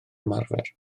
ymarfer